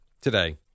today